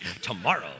tomorrow